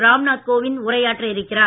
ராம்நாத் கோவிந்த் உரையாற்ற இருக்கிறார்